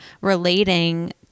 relating